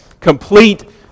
complete